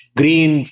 green